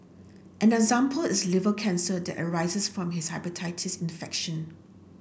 an example is liver cancer that arises from a hepatitis infection